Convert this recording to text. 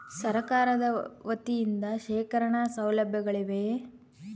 ಸರಕಾರದ ವತಿಯಿಂದ ಶೇಖರಣ ಸೌಲಭ್ಯಗಳಿವೆಯೇ?